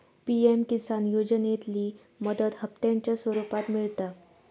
PM Kisan योजनेतली मदत हप्त्यांच्या स्वरुपात मिळता